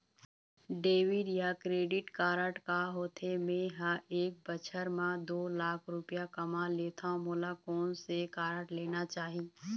Debit या credit card का होथे, मे ह एक बछर म दो लाख रुपया कमा लेथव मोला कोन से कारड लेना चाही?